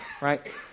right